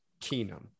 Keenum